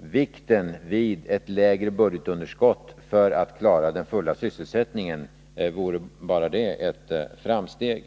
vikten av ett lägre budgetunderskott för att klara den fulla sysselsättningen vore bara det ett framsteg.